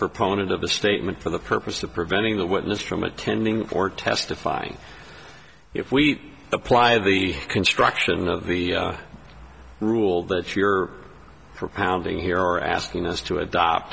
proponent of the statement for the purpose of preventing the witness from attending or testifying if we apply the construction of the rule that you're propounding here asking us to adopt